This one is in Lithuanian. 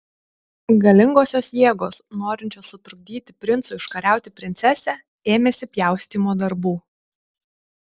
galingosios jėgos norinčios sutrukdyti princui užkariauti princesę ėmėsi pjaustymo darbų